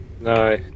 No